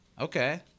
Okay